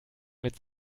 mit